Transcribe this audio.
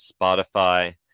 Spotify